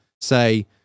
say